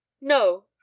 no